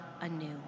anew